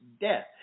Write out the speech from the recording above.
death